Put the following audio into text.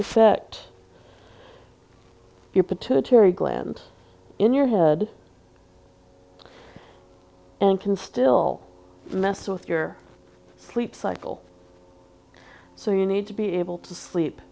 set your pituitary gland in your head and can still mess with your sleep cycle so you need to be able to sleep